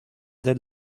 del